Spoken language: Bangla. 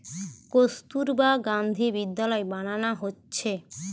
কস্তুরবা গান্ধী বিদ্যালয় বানানা হচ্ছে